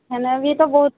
ଏଇନେ ବି ତ ବହୁତ